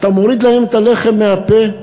אתה מוריד להם את הלחם מהפה?